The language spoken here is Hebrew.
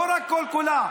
לא רק כל-כולה,